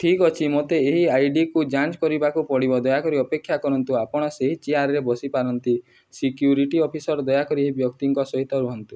ଠିକ୍ ଅଛି ମୋତେ ଏହି ଆଇଡ଼ିକୁ ଯାଞ୍ଚ କରିବାକୁ ପଡ଼ିବ ଦୟାକରି ଅପେକ୍ଷା କରନ୍ତୁ ଆପଣ ସେହି ଚେୟାର୍ରେ ବସିପାରନ୍ତି ସିକ୍ୟୁରିଟି ଅଫିସର୍ ଦୟାକରି ଏହି ବ୍ୟକ୍ତିଙ୍କ ସହିତ ରୁହନ୍ତୁ